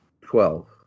Twelve